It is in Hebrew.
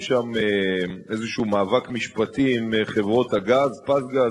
שם את הסיכונים כבר בשנה הבאה, ב-2012,